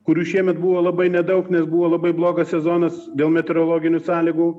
kurių šiemet buvo labai nedaug nes buvo labai blogas sezonas dėl meteorologinių sąlygų